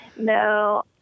No